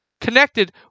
connected